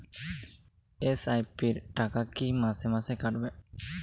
SIP র টাকা কী মাসে মাসে কাটবে?